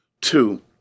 Two